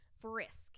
Frisk